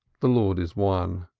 the lord is one.